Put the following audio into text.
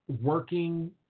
Working